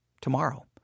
tomorrow